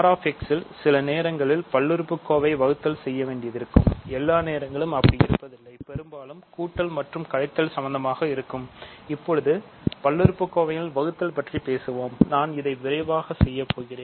Rx இல் சில நேரங்களில் பல்லுறுப்புக் கோவை வகுத்தல் செய்யவேண்டியிருக்கும் எல்லா நேரங்களிலும் அப்படி இருப்பதில்லை பெரும்பாலும் கூட்டல் மற்றும் கழித்தலை சம்பந்தமாக இருக்கும் இப்பொழுது பல்லுறுப்புக்கோவையின் வகுத்தல் பற்றிப் பேசுவோம் நான் இதை விரைவாக செய்யப்போகிறேன்